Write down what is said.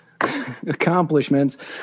accomplishments